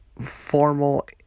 formal